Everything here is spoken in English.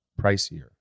pricier